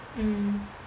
mm